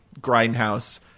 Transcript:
Grindhouse –